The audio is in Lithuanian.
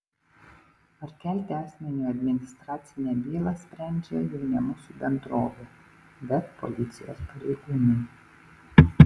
ar kelti asmeniui administracinę bylą sprendžia jau ne mūsų bendrovė bet policijos pareigūnai